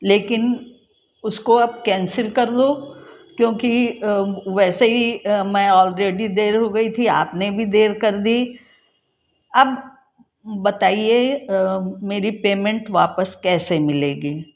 लेकिन उसको आप कैंसिल कर दो क्योंकि वैसे ही मैं ऑलरेडी देर हो गई थी आप ने भी देर कर दी अब बताइए मेरी पेमेंट वापस कैसे मिलेगी